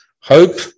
hope